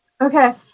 Okay